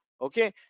okay